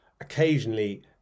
occasionally